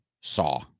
SAW